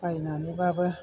बायनानै बाबो